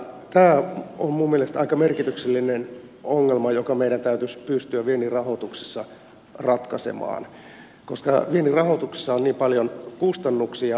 tämä on minun mielestäni aika merkityksellinen ongelma joka meidän täytyisi pystyä viennin rahoituksessa ratkaisemaan koska viennin rahoituksessa on niin paljon kustannuksia